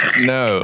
No